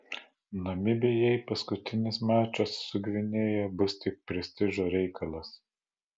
namibijai paskutinis mačas su gvinėja bus tik prestižo reikalas